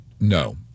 no